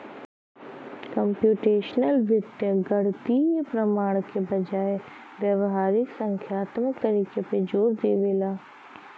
computational वित्त गणितीय प्रमाण के बजाय व्यावहारिक संख्यात्मक तरीका पे जोर देवला